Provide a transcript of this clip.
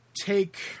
take